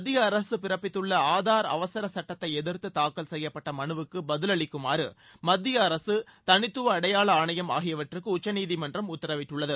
மத்திய அரசு பிறப்பித்துள்ள ஆதார் அவசர சுட்டத்தை எதிர்த்து தாக்கல் செய்யப்பட்ட மனுவுக்கு பதிலளிக்குமாறு மத்திய அரசு தனித்துவ அடையாள ஆணையம் ஆகியவற்றுக்கு உச்சநீதிமன்றம் உத்தரவிட்டுள்ளது